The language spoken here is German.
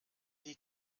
die